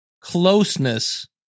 closeness